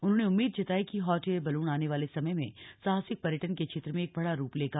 उन्होंने उम्मीद जताई कि हॉट एयर बलून आने वाले समय में साहसिक पर्यटन के क्षेत्र में एक बड़ा रूप लेगा